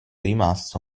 rimasto